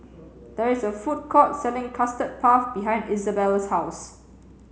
there is a food court selling custard puff behind Izabelle's house